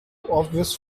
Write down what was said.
obvious